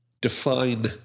Define